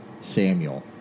Samuel